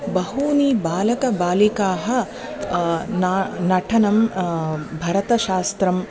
बहूनि बालकबालिकाः ना नटनं भरतशास्त्रम्